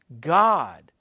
God